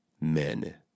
men